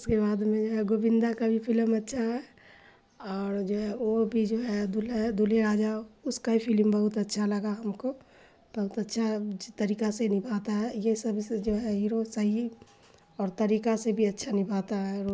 اس کے بعد میں جو ہے گووندہ کا بھی فلم اچھا ہے اور جو ہے وہ بھی جو ہے دلہے راجا اس کا بھی فلم بہت اچھا لگا ہم کو بہت اچھا طریقہ سے نبھاتا ہے یہ سب جو ہے ہیرو صحیح اور طریقہ سے بھی اچھا نبھاتا ہے رول